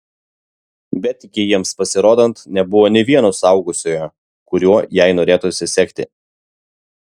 bet iki jiems pasirodant nebuvo nė vieno suaugusiojo kuriuo jai norėtųsi sekti